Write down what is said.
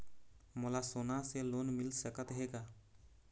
मोला सोना से लोन मिल सकत हे का?